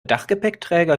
dachgepäckträger